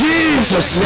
Jesus